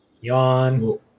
Yawn